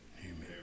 Amen